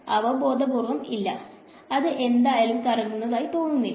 അവ ബോധപൂർവ്വം ഇല്ല അത് എന്തായാലും കറങ്ങുന്നതായി തോന്നുന്നില്ല